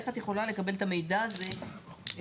איך את יכולה לקבל את המידע הזה מחו"ל?